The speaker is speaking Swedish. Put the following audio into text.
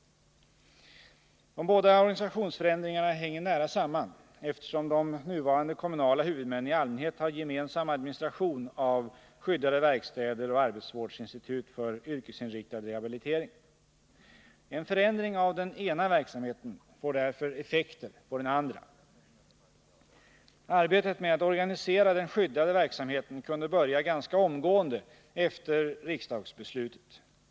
De båda organisationsförändringarna hänger nära samman eftersom de nuvarande kommunala huvudmännen i allmänhet har gemensam administration av skyddade verkstäder och arbetsvårdsinstitut för yrkesinriktad rehabilitering. En förändring av den ena verksamheten får därför effekter på den andra. Arbetet med att organisera den skyddade verksamheten kunde börja Nr 41 ganska omgående efter riksdagsbeslutet.